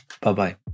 Bye-bye